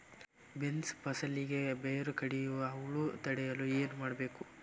Beans ಫಸಲಿಗೆ ಬೇರು ಕಡಿಯುವ ಹುಳು ತಡೆಯಲು ಏನು ಮಾಡಬೇಕು?